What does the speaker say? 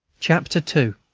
chapter two.